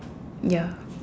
ya